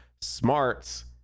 smarts